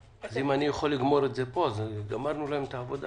אז אם אני יכול לגמור את זה פה אז גם כן גמרנו להם את העבודה.